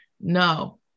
no